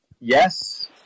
Yes